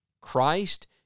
Christ